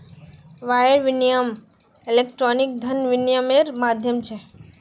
wire विनियम electronic धन विनियम्मेर माध्यम छ